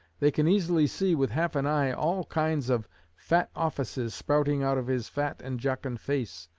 they can easily see, with half an eye, all kinds of fat offices sprouting out of his fat and jocund face,